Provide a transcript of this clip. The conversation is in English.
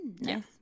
Yes